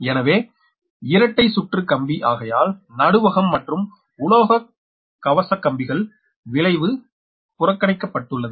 எனவே இரட்டை சுற்று கம்பி ஆகையால்நடுவகம் மற்றும் உலோகக் கவசக்கம்பிகளின் விளைவு புறக்கணிக்கப்பட்டுள்ளது